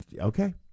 Okay